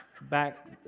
back